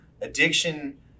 Addiction